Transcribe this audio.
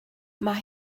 mae